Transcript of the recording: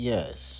Yes